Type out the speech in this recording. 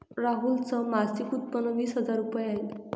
राहुल च मासिक उत्पन्न वीस हजार रुपये आहे